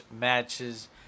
matches